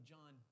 John